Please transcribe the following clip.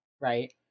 right